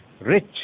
rich